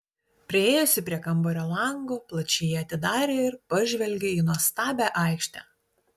priėjusi prie kambario lango plačiai jį atidarė ir pažvelgė į nuostabią aikštę